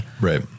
Right